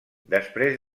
després